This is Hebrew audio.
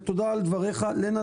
תודה על דבריך, לנה